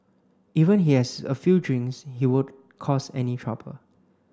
even he has a few drinks he won't cause any trouble